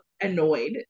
annoyed